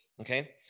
Okay